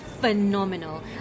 phenomenal